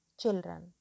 children